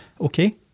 Okay